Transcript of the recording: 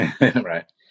right